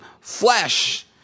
flesh